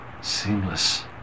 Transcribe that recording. seamless